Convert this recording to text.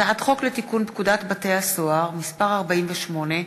הצעת חוק לתיקון פקודת בתי-הסוהר (מס' 48),